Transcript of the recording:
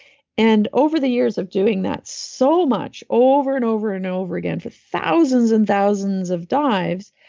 and over the years of doing that so much, over, and over, and over again for thousands and thousands of dives,